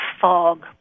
fog